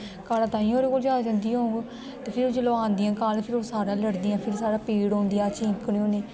काला ताइये ओहदे कोल ज्यादा जंदी होन ते फिर जिसले ओह् आंदिया ते सारे लड़दियां फिर सानू पीड़ होंदी अस चिक्कने होन्ने